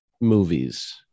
movies